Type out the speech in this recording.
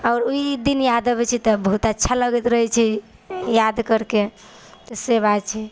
आओर ई दिन याद अबै छै तऽ बहुत अच्छा लगैत रहै छै याद करिकऽ तऽ से बात छै